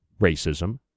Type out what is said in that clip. racism